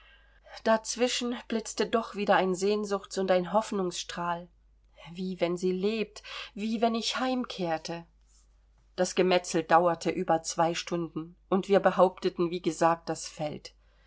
dazwischen blitzte doch wieder ein sehnsuchts und ein hoffnungsstrahl wie wenn sie lebt wie wenn ich heimkehrte das gemetzel dauerte über zwei stunden und wir behaupteten wie gesagt das feld